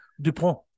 DuPont